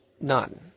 None